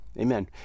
Amen